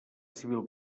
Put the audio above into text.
civil